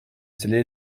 scellé